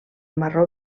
marró